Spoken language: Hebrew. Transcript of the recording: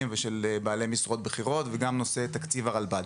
ושל בעלי משרות בכירות ובתקציב הרלב"ד.